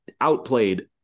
outplayed